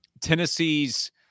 Tennessee's